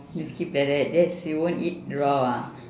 just keep like that just you won't eat raw ah